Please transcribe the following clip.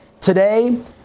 Today